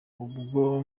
ubwo